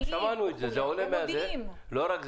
הם מודיעים.